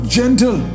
gentle